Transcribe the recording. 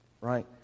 Right